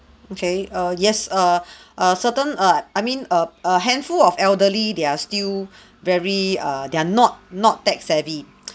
okay err yes err a certain err I mean a a handful of elderly they are still very err they're not not tech savvy